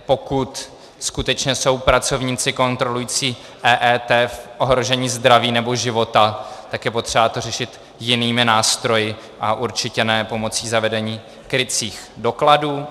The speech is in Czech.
Pokud skutečně jsou pracovníci kontrolující v ohrožení zdraví nebo života, tak je potřeba to řešit jinými nástroji, a určitě ne pomocí zavedení krycích dokladů.